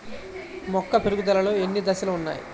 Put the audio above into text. మొక్క పెరుగుదలలో ఎన్ని దశలు వున్నాయి?